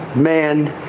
man,